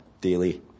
daily